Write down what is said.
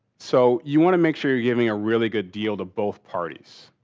so, you want to make sure you're giving a really good deal to both parties.